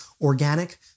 organic